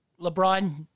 LeBron